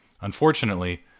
Unfortunately